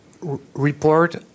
report